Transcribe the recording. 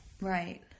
Right